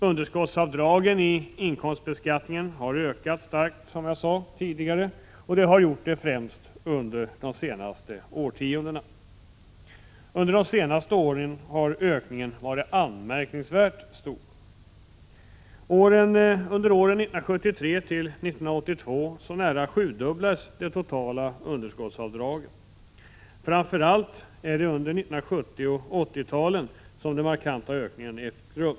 Underskottsavdragen i inkomstbeskattningen har ökat starkt, som jag tidigare sade, och det har skett främst under de senaste årtiondena. Under de senaste åren har ökningen varit anmärkningsvärt stor. Under åren 1973—1982 nära sjudubblades de totala underskottsavdragen. Framför allt är det under 1970 och 1980-talen som den markanta ökningen har ägt rum.